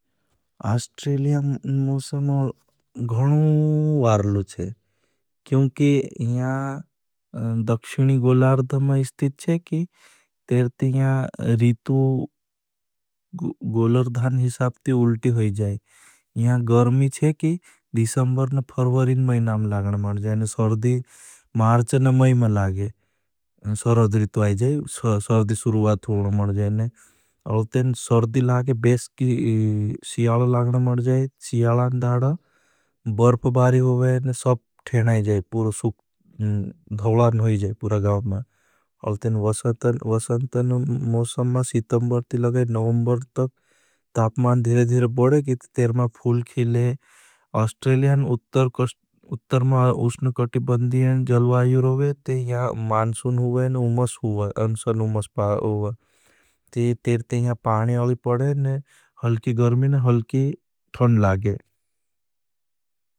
अस्ट्रेलिया मोसमा गणू वार्लू छे, क्योंकि यहाँ दक्षिणी गोलार्ध में इस्तित छे, कि तेर ती यहाँ रीतू गोलार्धान हिसापती उल्टी होई जाए। यहाँ गर्मी छे, कि दीशंबर न फर्वरी न मैं नाम लागना मन जाए। सर्दी मार्च न मैं मां लागे। सर्दी सुरुवात होना मन जाए। सर्दी लागे, कि सियाला लागना मन जाए। सियालान दाड़ा, बर्फ बारी होई जाए। सब ठेना है जाए। पूरा मा फूल खिले। अस्ट्रेलियान उत्तर मा उसन कटी बंदी हैं, जलवायी रोवे। ते यहाँ मानसुन हुआए न उमस हुआए। ते तेर ते यहाँ पाने अली पड़े न हलकी गर्मी न हलकी ठंड लागे।